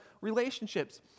relationships